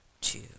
two